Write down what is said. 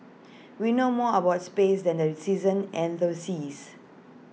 we know more about space than the season and the seas